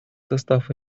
состав